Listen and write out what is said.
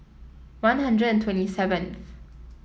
One Hundred and twenty seventh